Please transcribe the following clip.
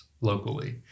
locally